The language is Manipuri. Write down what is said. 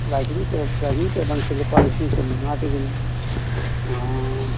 ꯗ꯭ꯔꯥꯏꯁꯤꯡ ꯗ꯭ꯔꯥꯏꯁꯤꯡ ꯇꯦꯕꯜꯁꯤ ꯂꯨꯄꯥ ꯂꯤꯁꯤꯡ ꯀꯨꯟ ꯃꯉꯥꯗꯒꯤ